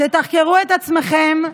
תתחקרו את עצמכם,